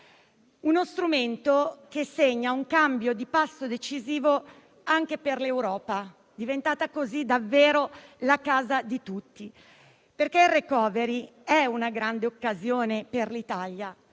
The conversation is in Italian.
uno strumento che segna un cambio di passo decisivo anche per l'Europa, diventata così davvero la casa di tutti. Il *recovery*, infatti, è una grande occasione per l'Italia,